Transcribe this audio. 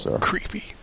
creepy